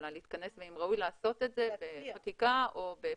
יכולה להתכנס ואם ראוי לעשות את זה בחקיקה או בפרשנות.